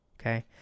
Okay